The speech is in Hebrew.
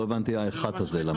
לא הבנתי האחד הזה למה?